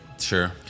sure